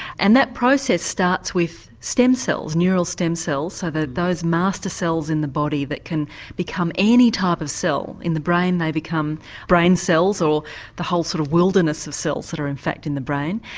and that process starts with stem cells, neural stem cells, so that those master cells in the body that can become any type of cell. in the brain they become brain cells, or the whole sort of wilderness of cells that are in fact in the brain.